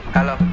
Hello